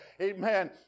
Amen